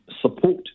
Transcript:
support